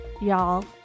y'all